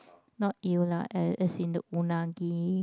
not eel lah eh as in the unagi